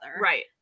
Right